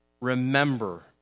Remember